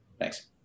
Thanks